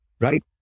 right